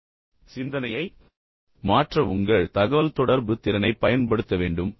எனவே சிந்தனையை மாற்ற உங்கள் தகவல்தொடர்பு திறனைப் பயன்படுத்த வேண்டும்